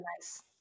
nice